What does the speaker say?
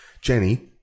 Jenny